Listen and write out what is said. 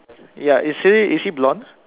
ya is he is he blonde